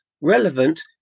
relevant